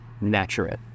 natural